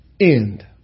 end